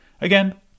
Again